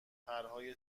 پرهای